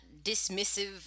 dismissive